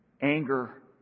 anger